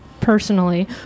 personally